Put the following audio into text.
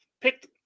picked